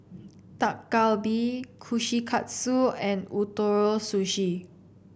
Dak Galbi Kushikatsu and Ootoro Sushi